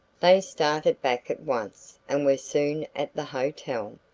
they started back at once and were soon at the hotel.